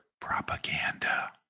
propaganda